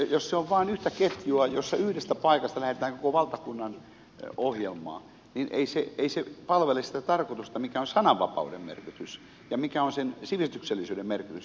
jos se on vain yhtä ketjua jossa yhdestä paikasta lähetetään koko valtakunnan ohjelmaa niin ei se palvele sitä tarkoitusta mikä on sananvapauden merkitys ja mikä on sen sivistyksellisyyden merkitys